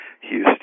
Houston